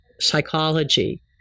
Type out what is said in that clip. psychology